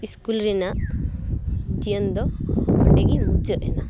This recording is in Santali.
ᱤᱥᱠᱩᱞ ᱨᱮᱱᱟᱜ ᱡᱤᱭᱚᱱ ᱫᱚ ᱚᱸᱰᱮᱜᱮ ᱢᱩᱪᱟᱹᱫ ᱮᱱᱟ